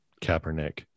kaepernick